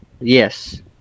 Yes